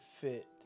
fit